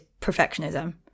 perfectionism